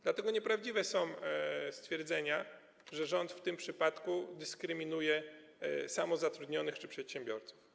Dlatego nieprawdziwe są stwierdzenia, że rząd w tym przypadku dyskryminuje samozatrudnionych czy przedsiębiorców.